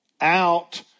out